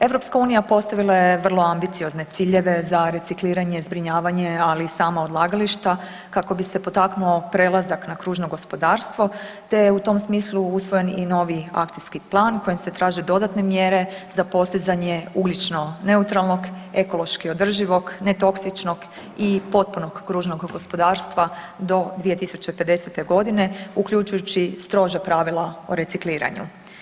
EU postavila je vrlo ambiciozne ciljeve za recikliranje zbrinjavanje, ali sama odlagališta kako bi se potaknuo prelazak na kružno gospodarstvo te je u tom smislu usvojen i novi akcijski plan u kojem se traže dodatne mjere za postizanje ugljično neutralnog, ekološki održivog, netoksičnog i potpunog kružnog gospodarstva do 2050.g. uključujući stroža pravila o recikliranju.